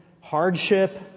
hardship